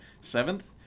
seventh